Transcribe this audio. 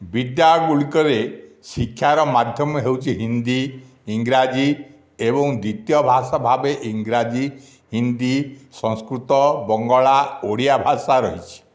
ବିଦ୍ୟାଳୟଗୁଡ଼ିକରେ ଶିକ୍ଷାର ମାଧ୍ୟମ ହେଉଛି ହିନ୍ଦୀ ଇଂରାଜୀ ଏବଂ ଦ୍ୱିତୀୟ ଭାଷା ଭାବେ ଇଂରାଜୀ ହିନ୍ଦୀ ସଂସ୍କୃତ ବଙ୍ଗଳା ଓଡ଼ିଆ ଭାଷା ରହିଛି